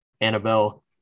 Annabelle